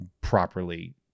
properly